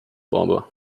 bomber